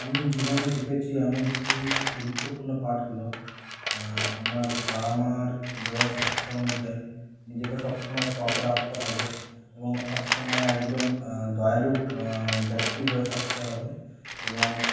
আমি জীবনে শিখেছি এমন কিছু গুরুত্বপূর্ণ পাঠ হলো আমার বাবা মার দেওয়া শিক্ষা অনুযায়ী নিজেকে সবসময় সৎ রাখতে হবে এবং সবসময় একজন দয়ালু ব্যক্তি হয়ে থাকতে হবে এবং